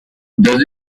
does